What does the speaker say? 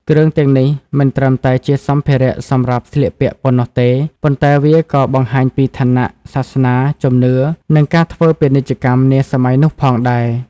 គ្រឿងទាំងនេះមិនត្រឹមតែជាសម្ភារៈសម្រាប់ស្លៀកពាក់ប៉ុណ្ណោះទេ ប៉ុន្តែវាក៏បង្ហាញពីឋានៈ សាសនា ជំនឿ និងការធ្វើពាណិជ្ជកម្មនាសម័យនោះផងដែរ។